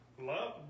Love